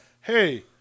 Hey